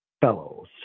fellows